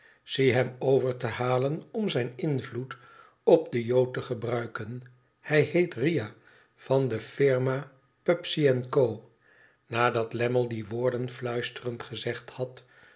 zie hem over te halen om zijn invloed op den jood te gebruiken hij heet riah van de firma pubsey en co nadat lammie die woorden fluisterend gezegd had